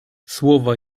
słowa